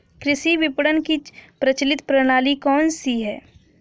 कृषि विपणन की प्रचलित प्रणाली कौन सी है?